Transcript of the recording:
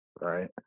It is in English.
right